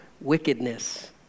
wickedness